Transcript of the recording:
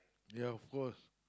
ya of course